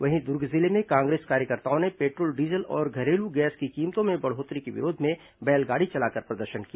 वहीं दुर्ग जिले में कांग्रेस कार्यकर्ताओं ने पेट्रोल डीजल और घरेलू गैस की कीमतों में बढ़ोत्तरी के विरोध में बैलगाड़ी चलाकर प्रदर्शन किया